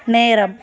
நேரம்